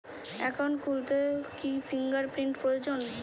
Account খুলতে কি fingerprint প্রয়োজন?